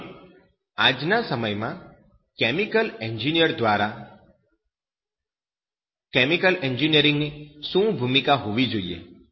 હવે આજના સમયમાં કેમિકલ એન્જિનિયર ની ભૂમિકા શું હોવી જોઈએ